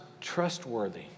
trustworthy